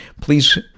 Please